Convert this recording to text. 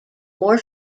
more